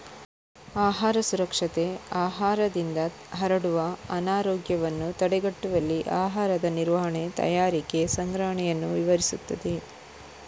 ಆಹಾರ ಸುರಕ್ಷತೆ ಆಹಾರದಿಂದ ಹರಡುವ ಅನಾರೋಗ್ಯವನ್ನು ತಡೆಗಟ್ಟುವಲ್ಲಿ ಆಹಾರದ ನಿರ್ವಹಣೆ, ತಯಾರಿಕೆ, ಸಂಗ್ರಹಣೆಯನ್ನು ವಿವರಿಸುತ್ತದೆ